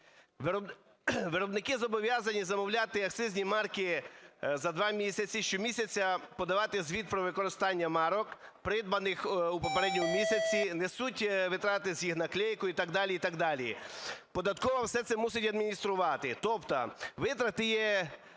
Виробники зобов’язані замовляти акцизні марки за два місяці, щомісяця подавати звіт про використання марок, придбаних у попередньому місяці, несуть витрати з їх наклейкою і так далі, і так далі. Податкова все це мусить адмініструвати. Тобто витрати є